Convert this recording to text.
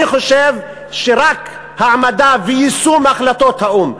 אני חושב שרק העמדה ויישום החלטות האו"ם,